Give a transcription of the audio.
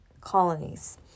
colonies